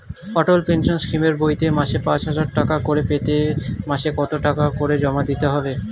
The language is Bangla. অটল পেনশন স্কিমের বইতে মাসে পাঁচ হাজার টাকা করে পেতে মাসে কত টাকা করে জমা দিতে হবে?